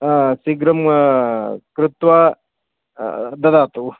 शीघ्रं कृत्वा ददातु